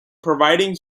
providing